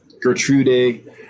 Gertrude